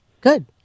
Good